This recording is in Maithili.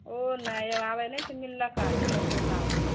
ओ नहि एगो आबै नहि छै मिललका जे रसगुल्ला